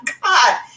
God